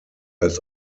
als